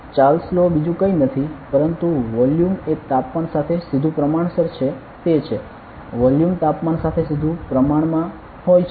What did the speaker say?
Charles law બીજું કંઈ નથી પરંતુ વોલ્યુમ એ તાપમાન સાથે સીધુ પ્રમાણસર છે તે છે વોલ્યુમ તાપમાન સાથે સીધુ પ્રમાણમાં હોય છે